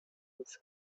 its